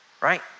Right